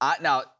now